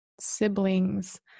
siblings